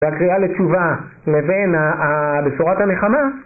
והקריאה לתשובה מבין בשורת המלחמה?